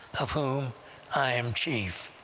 of whom i am chief.